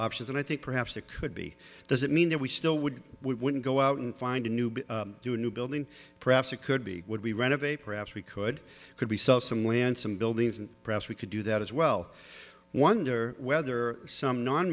options and i think perhaps that could be does it mean that we still would we wouldn't go out and find a new but do a new building perhaps it could be would we renovate perhaps we could could we saw some land some buildings and perhaps we could do that as well wonder whether some